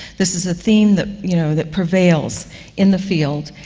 this is a theme that you know that prevails in the field.